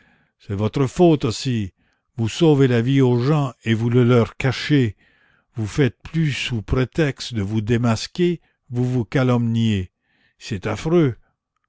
c'est votre faute aussi vous sauvez la vie aux gens et vous le leur cachez vous faites plus sous prétexte de vous démasquer vous vous calomniez c'est affreux